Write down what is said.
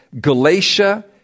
Galatia